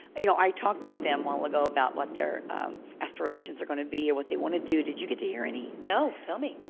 you know i talked to them a while ago about what their aspirations are gonna be, or what they want to do. did you get to hear any? no, tell me.